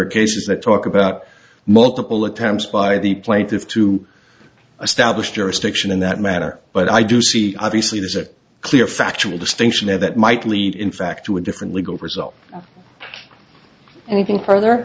are cases that talk about multiple attempts by the plaintiff to establish jurisdiction in that matter but i do see obviously there's a clear factual distinction there that might lead in fact to a different legal result anything further